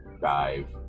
dive